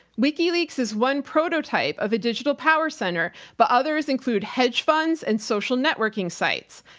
wikileaks is one prototype of a digital power center, but others include hedge funds and social networking sites.